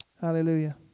Hallelujah